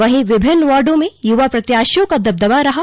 वहीं विभिन्न वार्डो में युवा प्रत्याशियों का दबदबा रहा